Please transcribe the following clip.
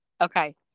Okay